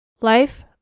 Life